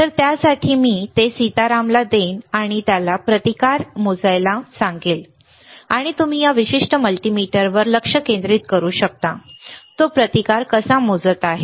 तर त्यासाठी मी ते सीतारामला देईन आणि त्याला प्रतिकार मोजत आहे आणि तुम्ही या विशिष्ट मल्टीमीटरवर लक्ष केंद्रित करू शकता तो प्रतिकार कसा मोजत आहे ठीक आहे